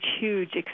huge